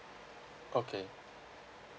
okay